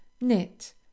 knit